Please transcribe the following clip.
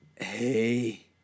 Hey